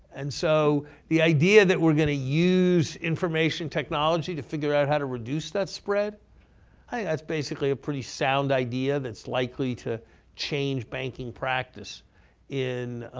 and so the idea that we're going to use information technology to figure out how to reduce that spread i think that's basically a pretty sound idea that's likely to change banking practice in